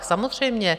Samozřejmě.